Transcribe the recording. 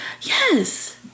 Yes